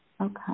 Okay